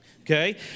okay